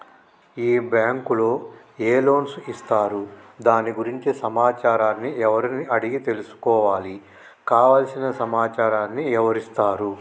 ఈ బ్యాంకులో ఏ లోన్స్ ఇస్తారు దాని గురించి సమాచారాన్ని ఎవరిని అడిగి తెలుసుకోవాలి? కావలసిన సమాచారాన్ని ఎవరిస్తారు?